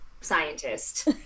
scientist